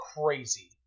crazy